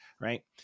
right